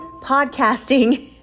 podcasting